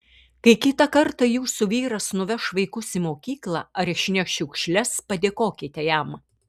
kai kitą kartą jūsų vyras nuveš vaikus į mokyklą ar išneš šiukšles padėkokite jam